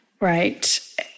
right